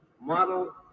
model